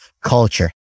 culture